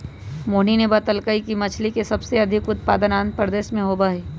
मोहिनी ने बतल कई कि मछ्ली के सबसे अधिक उत्पादन आंध्रप्रदेश में होबा हई